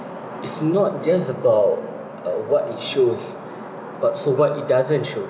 it's not just about uh what it shows but so what it doesn't show